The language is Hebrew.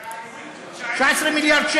19 מיליארד.